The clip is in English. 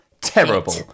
terrible